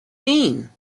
mean